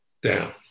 Down